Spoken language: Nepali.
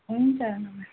हुन्छ